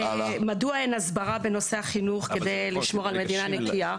מדוע אין הסברה בנושא החינוך כדי לשמור על מדינה נקייה?